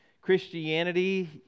Christianity